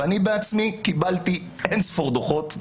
ואני עצמי קיבלתי אין ספור דוחות,